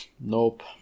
Nope